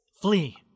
flee